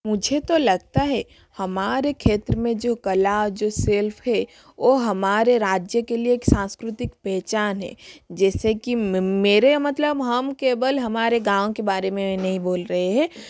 मुझे तो लगता है हमारे क्षेत्र में जो कला जो सेल्फ हे वह हमारे राज्य के लिए एक सांस्कृतिक पहचान है जैसे कि मेरे मतलब हम केवल हमारे गाँव के बारे में नही बोल रहे है